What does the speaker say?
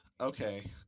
Okay